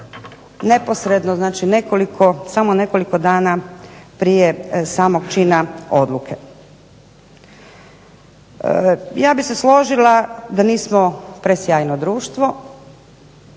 neposredno, znači samo nekoliko prije samog čina odluke. Ja bih se složila da nismo presjajno društvo,